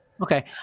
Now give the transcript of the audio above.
okay